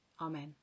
Amen